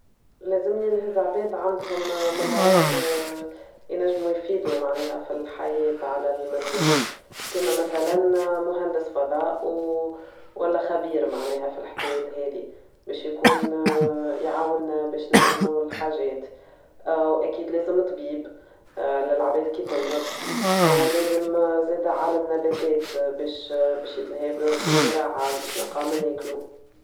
لازم ينهز عباد عندهم مهارات ينجمو يفيدو معناها في الحياة على المريخ، كيما مثلا مهندس فظاء والا خبير معناها في الحكايات هاذي، باش يكون يعاون باش نفهمو الحاجات وأكيد لازم طبيب للعباد كي تمرظ، ولازم زادا عالم نباتات باش باش يتهيلبو بالزراعة باش نلقاو ما ناكلو.